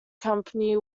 company